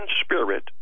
spirit